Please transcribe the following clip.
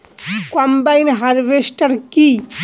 Combine harvester কি?